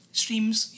streams